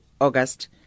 august